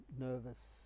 nervous